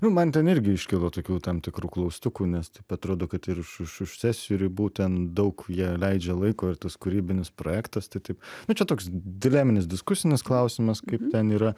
nu man ten irgi iškilo tokių tam tikrų klaustukų nes taip atrodo kad ir už už sesijų ribų ten daug jie leidžia laiko ir tas kūrybinis projektas tai taip nu čia toks dileminis diskusinis klausimas kaip ten yra